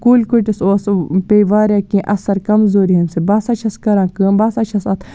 کُلۍ کٔٹِس اوسُو پیٚیہِ واریاہ کیٚنہہ اثر کمزوٗری ہِنٛد سۭتۍ بہٕ ہسا چھَس کَران کٲم بہٕ ہسا چھَس اَتھ